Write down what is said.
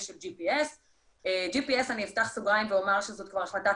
של GPS. אני אפתח סוגריים ואומר ש- GPSזו כבר החלטת